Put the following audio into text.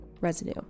residue